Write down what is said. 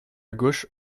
gauche